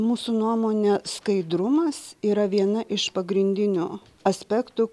mūsų nuomone skaidrumas yra viena iš pagrindinių aspektų